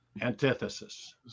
antithesis